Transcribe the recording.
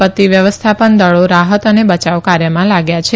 આપત્તિ વ્યવસ્થાપન દળો રાહત અને બચાવ કાર્યમાં લાગ્યા છે